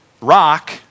rock